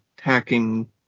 hacking